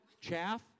Chaff